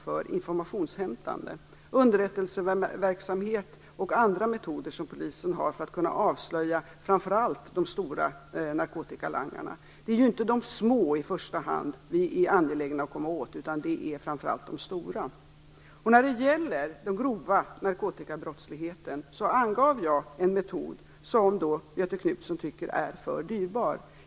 Det gäller underrättelseverksamhet och andra metoder som polisen har för att kunna avslöja framför allt de stora narkotikalangarna. Det är i första hand inte de små vi är angelägna om att komma åt, utan det är framför allt de stora. När det gäller den grova narkotikabrottsligheten angav jag en metod som Göthe Knutson tycker är för dyrbar.